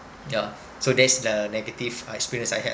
yeah so that's the negative uh experience I had